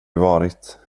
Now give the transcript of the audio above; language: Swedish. varit